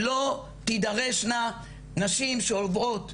שלא תידרשנה נשים שעוברות,